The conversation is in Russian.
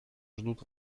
ждут